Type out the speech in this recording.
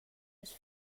his